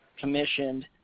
commissioned